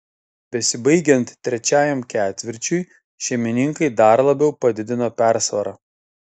besibaigiant trečiajam ketvirčiui šeimininkai dar labiau padidino persvarą